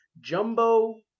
jumbo